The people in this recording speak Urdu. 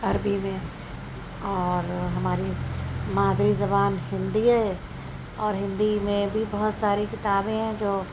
عربی میں اور ہماری مادری زبان ہندی ہے اور ہندی میں بھی بہت ساری کتابیں ہیں جو